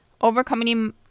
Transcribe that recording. overcoming